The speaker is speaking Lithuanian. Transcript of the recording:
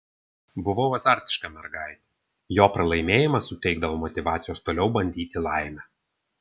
buvau azartiška mergaitė jo pralaimėjimas suteikdavo motyvacijos toliau bandyti laimę